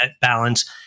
balance